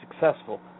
successful